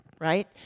right